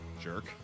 Jerk